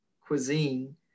cuisine